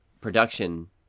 production